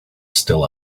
still